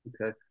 Okay